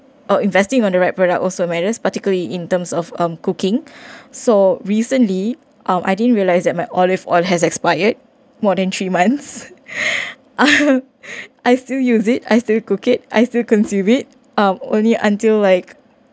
or investing on the right product also matters particularly in terms of um cooking so recently um I didn't realise that my olive oil has expired more than three months I still use it I still cook it I still consume it um until like